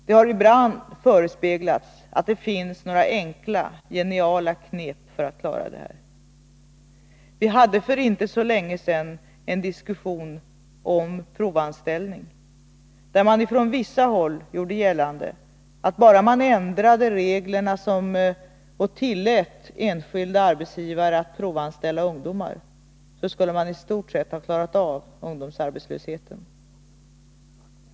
Det har ibland förespeglats att det skulle finnas några enkla, geniala knep för att göra det. Vi hade för inte länge sedan en diskussion om provanställning, där man från vissa håll gjorde gällande att om man bara ändrade reglerna och tillät arbetsgivare att provanställa ungdomar, skulle man i stort sett klara av ungdomsarbetslösheten.